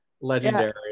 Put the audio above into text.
legendary